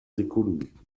sekunden